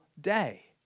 day